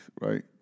right